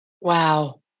Wow